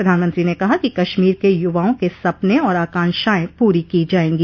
प्रधानमंत्री ने कहा कि कश्मीर के युवाओं के सपने और आकांक्षाए पूरी की जायेंगी